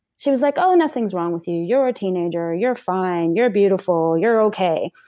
she was like, oh, nothing's wrong with you. you're a teenager you're fine. you're beautiful. you're okay.